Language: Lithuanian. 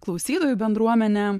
klausytojų bendruomenę